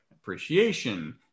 appreciation